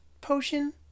potion